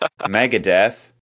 Megadeth